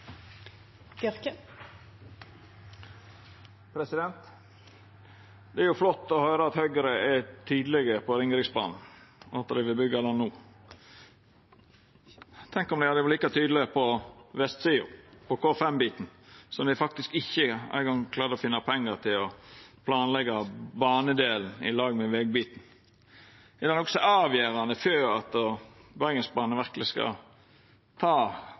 tydelege om Ringeriksbanen, og at dei vil byggja han no. Tenk om dei hadde vore like tydelege på vestsida, på K5-biten, der dei ikkje eingong klarer å finna pengar til å planleggja banedelen i lag med vegbiten. Er det noko som er avgjerande for at Bergensbanen verkeleg skal